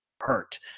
hurt